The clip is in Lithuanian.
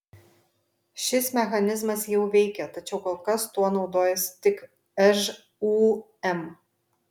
šis mechanizmas jau veikia tačiau kol kas tuo naudojasi tik žūm